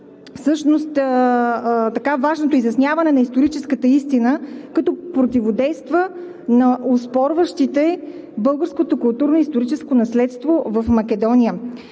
важното изясняване на историческата истина, като противодейства на оспорващите българското културно-историческо наследство в Македония.